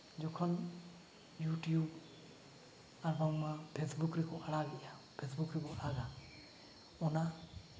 ᱡᱚᱠᱷᱚᱱ ᱤᱭᱩᱴᱩᱵᱽ ᱟᱨ ᱵᱟᱝᱢᱟ ᱯᱷᱮᱠᱵᱩᱠ ᱨᱮᱠᱚ ᱟᱲᱟᱜ ᱮᱜᱼᱟ ᱯᱷᱮᱥᱵᱩᱠ ᱨᱮᱵᱚ ᱟᱲᱟᱜᱟ ᱚᱱᱟ